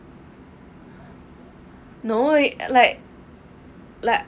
no like like